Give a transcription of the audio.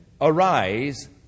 Arise